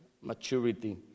maturity